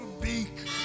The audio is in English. beak